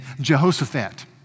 Jehoshaphat